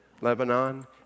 Lebanon